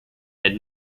did